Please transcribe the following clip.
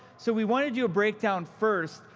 so we want to do a breakdown first.